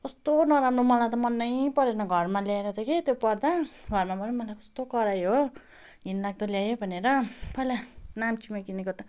कस्तो नराम्रो मलाई त मनै परेन घरमा ल्याएर त कि त्यो पर्दा घरमा पनि मलाई कस्तो करायो हो घिनलाग्दो ल्यायो भनेर पहिला नाम्चीमा किनेको त